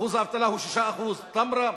אחוז האבטלה הוא 6%. תמרה,